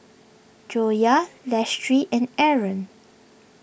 Joyah Lestari and Aaron